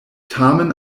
tamen